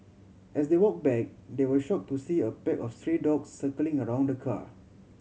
as they walk back they were shock to see a pack of stray dogs circling around the car